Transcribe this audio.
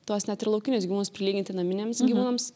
tuos net ir laukinius gyvūnus prilyginti naminiams gyvūnams